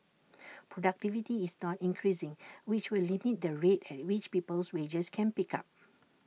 productivity is not increasing which will limit the rate at which people's wages can pick up